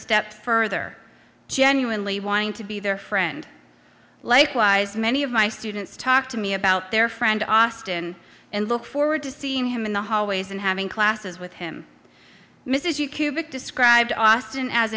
step further genuinely wanting to be their friend likewise many of my students talk to me about their friend austin and look forward to seeing him in the hallways and having classes with him misses you cubic described austin as